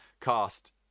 cast